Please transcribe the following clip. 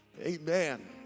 Amen